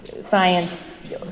Science